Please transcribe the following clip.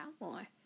more